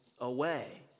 away